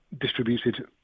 distributed